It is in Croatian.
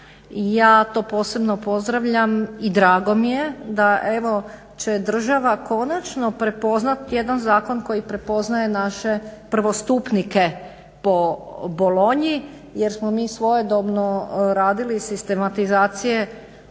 Ja to posebno pozdravljam i drago mi je da evo će država konačno prepoznati jedan zakon koji prepoznaje naše prvostupnike po Bolonji, jer smo mi svojedobno radili sistematizacije